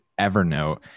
Evernote